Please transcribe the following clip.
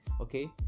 okay